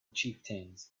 chieftains